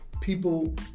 people